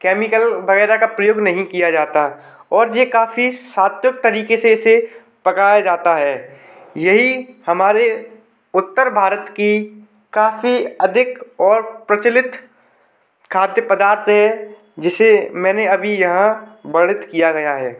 chemical वगैरह का प्रयोग नहीं किया जाता और ये काफ़ी सात्विक तरीके से इसे पकाया जाता है यही हमारे उत्तर भारत की काफ़ी अधिक और प्रचलित खाद्य पदार्थ है जिसे मैंने अभी यहाँ वर्णित किया गया है